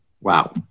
Wow